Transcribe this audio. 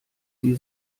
sie